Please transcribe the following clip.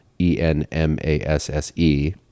e-n-m-a-s-s-e